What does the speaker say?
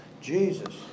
Jesus